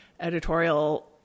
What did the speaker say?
editorial